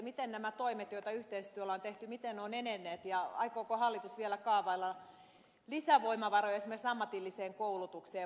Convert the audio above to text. miten nämä toimet joita yhteistyöllä on tehty ovat edenneet ja aikooko hallitus vielä kaavailla lisävoimavaroja esimerkiksi ammatilliseen koulutukseen